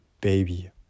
baby